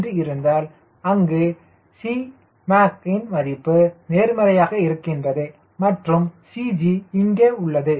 என்று இருந்தால் அங்கு 𝐶mac ன் மதிப்பு நேர்மறையாக இருக்கின்றது மற்றும் CG இங்கு உள்ளது